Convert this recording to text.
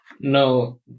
No